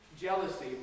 Jealousy